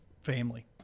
family